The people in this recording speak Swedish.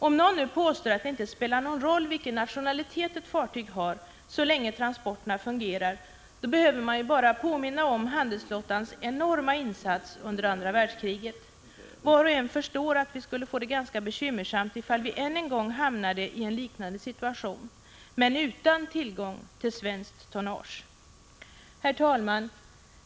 Om någon påstår att det inte spelar någon roll vilken nationalitet ett fartyg har så länge transporterna fungerar, behöver man bara påminna om handelsflottans enormt stora insats under andra världskriget. Var och en förstår att vi skulle få det ganska bekymmersamt ifall vi ännu en gång hamnade i en liknande situation, men utan tillgång till svenskt tonnage. Herr talman!